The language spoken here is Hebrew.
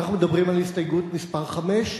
אנחנו מדברים על הסתייגות מס' 5?